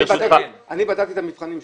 אני בדקתי את המבחנים שלו.